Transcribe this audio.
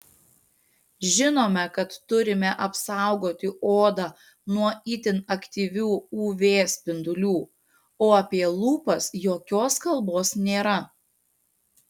žinome kad turime apsaugoti odą nuo itin aktyvių uv spindulių o apie lūpas jokios kalbos nėra